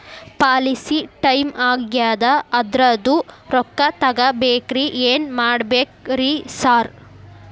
Policy time ಆಗ್ಯಾದ ಅದ್ರದು ರೊಕ್ಕ ತಗಬೇಕ್ರಿ ಏನ್ ಮಾಡ್ಬೇಕ್ ರಿ ಸಾರ್?